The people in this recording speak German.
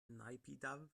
naypyidaw